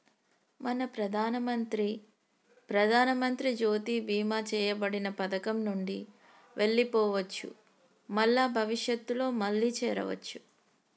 మనం ప్రధానమంత్రి ప్రధానమంత్రి జ్యోతి బీమా చేయబడిన పథకం నుండి వెళ్లిపోవచ్చు మల్ల భవిష్యత్తులో మళ్లీ చేరవచ్చు